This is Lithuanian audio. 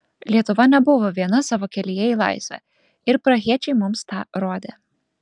lietuva nebuvo viena savo kelyje į laisvę ir prahiečiai mums tą rodė